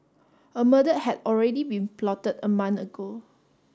a murder had already been plotted a month ago